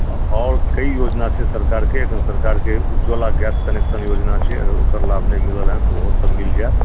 हॅं आओर कई योजना छै सरकारके एखन सरकारके उज्ज्वला गैस कनेक्शन योजना छै जे अगर ओकर लाभ नहि ले रहल हन तऽ ओहो सभ मिल जायत